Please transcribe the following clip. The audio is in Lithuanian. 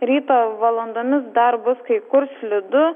ryto valandomis dar bus kai kur slidu